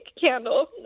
candle